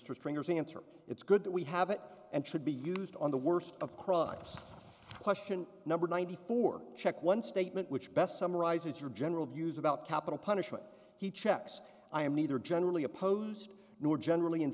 stringer's answer it's good that we have it and should be used on the worst of cross question number ninety four check one statement which best summarizes your general views about capital punishment he checks i am neither generally opposed nor generally in